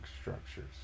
structures